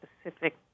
specific